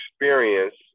experience